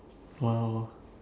!wow!